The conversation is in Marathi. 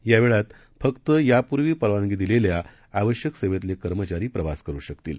या वेळात फक्त यापूर्वी परवानगी दिलेल्या आवश्यक सेवेतलेकर्मचारी प्रवास करू शकतील